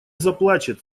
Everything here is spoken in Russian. заплачет